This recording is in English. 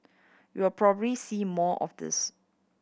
you'll probably see more of this